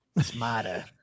smarter